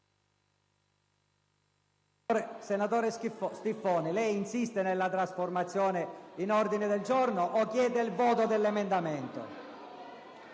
Senatore Stiffoni, insiste per la trasformazione in ordine del giorno o chiede il voto dell'emendamento